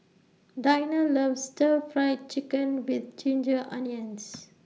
Dinah loves Stir Fry Chicken with Ginger Onions